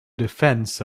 defense